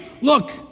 look